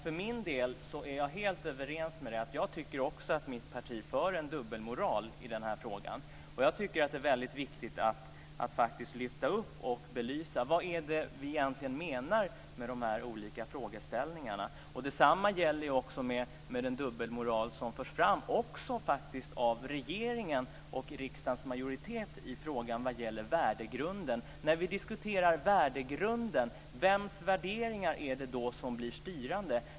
För min del är jag helt överens med Beatrice Ask. Jag tycker också att mitt parti för en dubbelmoral i den här frågan. Jag tycker att det är viktigt att faktiskt lyfta fram och belysa vad det är vi egentligen menar med de här olika frågeställningarna. Detsamma gäller även den dubbelmoral som förs fram också av regeringen och av riksdagens majoritet i frågan om värdegrunden. När vi diskuterar värdegrunden, vems värderingar är det då som blir styrande?